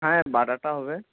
হ্যাঁ বাটাটা হবে